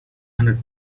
hundred